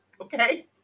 okay